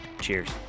cheers